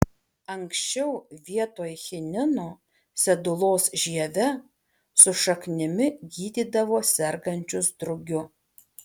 anksčiau vietoj chinino sedulos žieve su šaknimi gydydavo sergančius drugiu